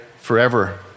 forever